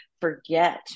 forget